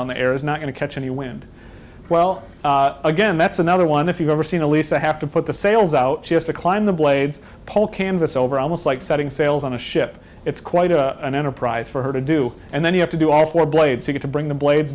on the air is not going to catch any wind well again that's another one if you've ever seen elise i have to put the sails out she has to climb the blades pole canvas over almost like setting sails on a ship it's quite an enterprise for her to do and then you have to do all four blades to get to bring the blade